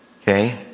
Okay